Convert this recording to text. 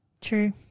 True